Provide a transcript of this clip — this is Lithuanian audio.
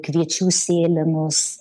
kviečių sėlenos